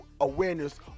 awareness